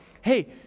hey